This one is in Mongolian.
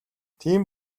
тийм